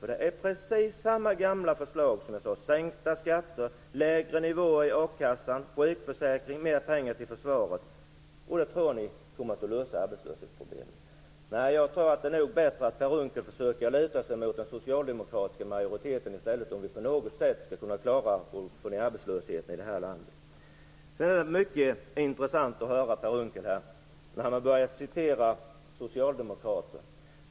Det är, som jag sade, precis samma gamla förslag: sänkta skatter, lägre nivå i a-kassan och sjukförsäkringen och mer pengar till försvaret. Och det tror ni kommer att lösa arbetslöshetsproblemet. Nej, jag tror nog att det är bättre att Per Unckel försöker luta sig mot den socialdemokratiska majoriteten i stället, om vi på något sätt skall kunna klara att få ned arbetslösheten i landet. Det är mycket intressant att höra Per Unckel citera socialdemokrater.